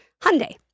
Hyundai